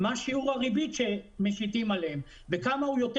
מה שיעור הריבית שמשיתים עליהם ובכמה הוא יותר